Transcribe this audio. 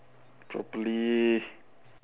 properly